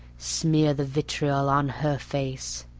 smear the vitriol on her face.